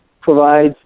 provides